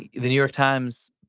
the new york times,